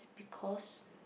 because